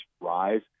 rise